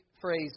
phrase